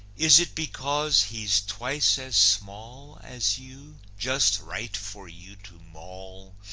is it because he's twice as small as you, just right for you to maul?